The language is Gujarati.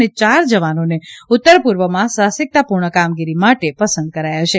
અને ચાર જવાનોને ઉત્તરપૂર્વમાં સાહસિકતાપૂર્ણ કામગીરી માટે પસંદ કરાયા છે